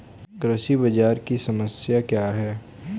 कृषि बाजार की समस्या क्या है?